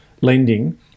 lending